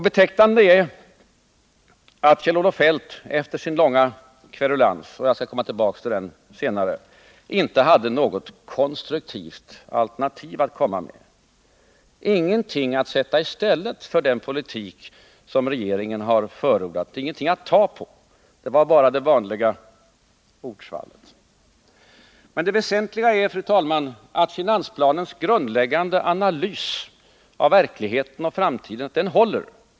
Betecknande är att Kjell-Olof Feldt efter sin långa kverulans — jag skall komma tillbaka till den senare — inte hade något konstruktivt alternativ, ingenting att sätta i stället för den politik som regeringen har förordat, ingenting att ta på. Det var bara det vanliga ordsvallet. Men det väsentliga är att finansplanens grundläggande analys av verkligheten och framtiden håller.